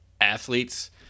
athletes